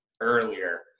earlier